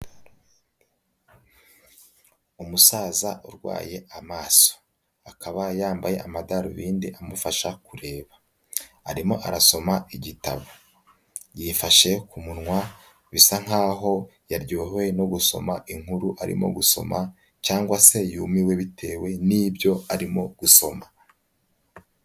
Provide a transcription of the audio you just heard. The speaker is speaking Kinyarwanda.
Umusaza urwaye amaso, akaba yambaye amadarubindi amufasha kureba, arimo arasoma igitabo, yifashe ku munwa bisa nkaho yaryohewe no gusoma inkuru arimo gusoma, cyangwa se yumiwe bitewe nibyo arimo gusoma.